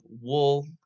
wool